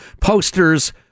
posters